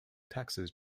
taxes